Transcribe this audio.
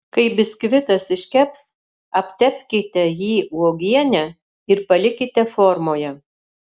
kai biskvitas iškeps aptepkite jį uogiene ir palikite formoje